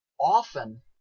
often